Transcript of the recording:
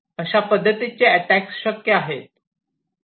अशा पद्धतीचे अटॅक्स शक्य आहेत